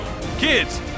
Kids